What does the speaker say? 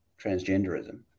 transgenderism